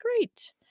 great